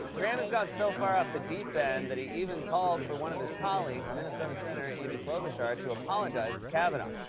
graham has gone so far off the deep end that he even called for one of his colleagues, minnesota senator amy klobuchar, to apologize to kavanaugh.